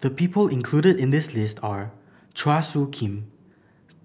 the people included in the list are Chua Soo Khim